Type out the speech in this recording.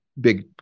big